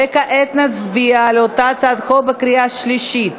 וכעת נצביע על אותה הצעת חוק בקריאה שלישית.